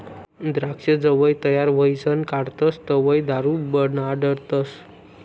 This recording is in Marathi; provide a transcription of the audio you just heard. द्राक्ष जवंय तयार व्हयीसन काढतस तवंय दारू बनाडतस